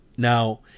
Now